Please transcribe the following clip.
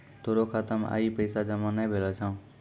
तोरो खाता मे आइ पैसा जमा नै भेलो छौं